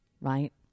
right